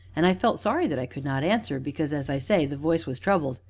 and i felt sorry that i could not answer, because, as i say, the voice was troubled,